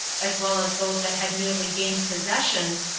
as well as those that had newly gained possessions,